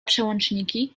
przełączniki